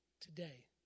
today